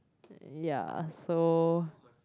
ya so